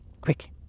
Quick